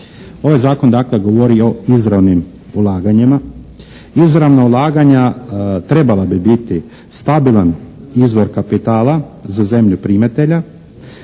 Ovaj zakon dakle govori o izravnim ulaganjima. Izravna ulaganja trebala bi biti stabilan izvor kapitala za zemlju primatelja.